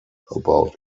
about